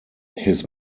his